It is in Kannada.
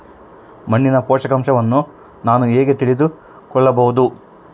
ಮಣ್ಣಿನ ಪೋಷಕಾಂಶವನ್ನು ನಾನು ಹೇಗೆ ತಿಳಿದುಕೊಳ್ಳಬಹುದು?